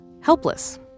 helpless